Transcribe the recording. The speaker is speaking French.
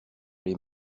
les